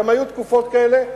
גם היו תקופות כאלה,